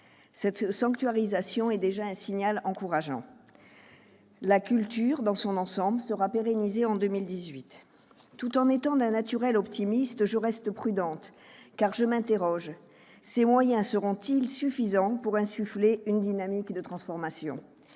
cette sanctuarisation est déjà un signal encourageant. La culture, dans son ensemble, sera pérennisée en 2018. Tout en étant d'un naturel optimiste, je reste prudente, car je m'interroge : ces moyens seront-ils suffisants pour insuffler une dynamique de transformation ?